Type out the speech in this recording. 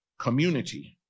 community